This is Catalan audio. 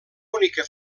única